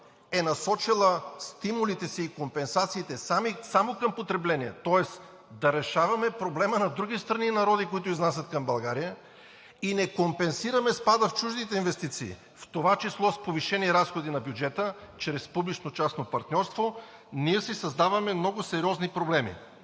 е насочила стимулите си и компенсациите само към потребление, тоест да решаваме проблема на други страни и народи, които изнасят към България, и не компенсираме спада в чуждите инвестиции, в това число с повишени разходи на бюджета чрез публично-частно партньорство, си създаваме много сериозни проблеми.